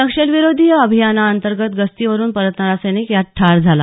नक्षलविरोधी अभियानांतर्गत गस्तीवरून परतणारा सैनिक यात ठार झाला